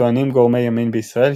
טוענים גורמי ימין בישראל,